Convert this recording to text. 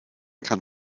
kann